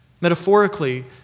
metaphorically